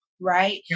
right